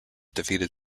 defeated